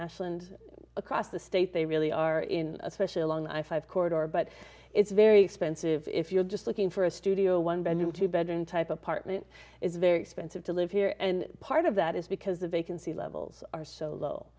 ashland across the state they really are in a special long i five corridor but it's very expensive if you're just looking for a studio a one bedroom two bedroom type apartment is very expensive to live here and part of that is because the vacancy levels are so low